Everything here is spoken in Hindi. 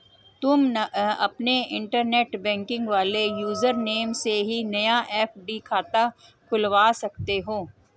तुम अपने इंटरनेट बैंकिंग वाले यूज़र नेम से ही नया एफ.डी खाता खुलवा सकते हो